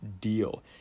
deal